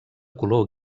color